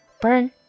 Burn